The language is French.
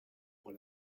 pour